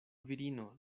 virino